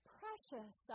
precious